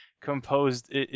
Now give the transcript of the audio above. composed